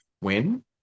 win